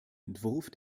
entwurf